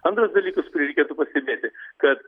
antras dalykas kurį reikėtų pastebėti kad